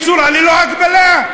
ללא הגבלה.